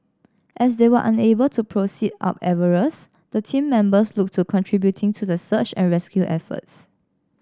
as they were unable to proceed up Everest the team members looked to contributing to the search and rescue efforts